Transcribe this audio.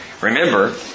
Remember